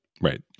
Right